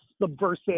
subversive